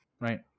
right